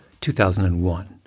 2001